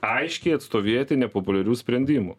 aiškiai atstovėti nepopuliarių sprendimų